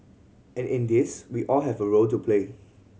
and in this we all have a role to play